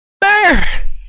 bear